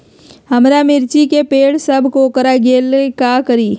हमारा मिर्ची के पेड़ सब कोकरा गेल का करी?